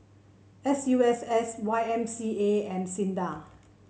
S U S S Y M C A and SINDA